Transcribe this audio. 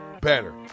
better